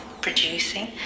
producing